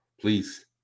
please